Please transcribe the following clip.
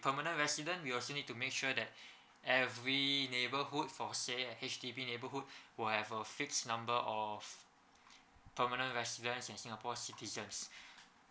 permanent resident we also need to make sure that every neighbourhood for say a H_D_B neighbourhood will have a fixed number of permanent residents and singapore citizens